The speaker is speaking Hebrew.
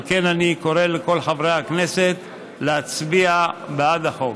על כן, אני קורא לכל חברי הכנסת להצביע בעד החוק.